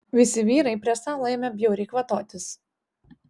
visi vyrai prie stalo ėmė bjauriai kvatotis